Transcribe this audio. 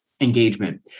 engagement